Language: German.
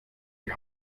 die